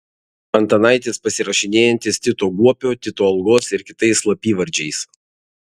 antanaitis pasirašinėjantis tito guopio tito algos ir kitais slapyvardžiais